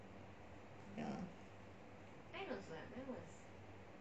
ya